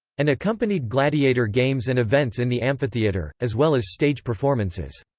and accompanied gladiator games and events in the amphitheatre, as well as stage performances.